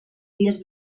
illes